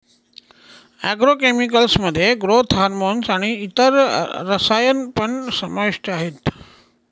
agro chemicals मध्ये growth hormone आणि इतर रसायन पण समाविष्ट आहेत